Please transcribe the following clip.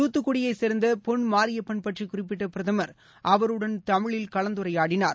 தூத்துக்குடியைச் சேர்ந்த பொன் மாரியப்பன் பற்றி குறிப்பிட்ட பிரதமர் அவருடன் தமிழில் கலந்துரையாடினார்